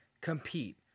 compete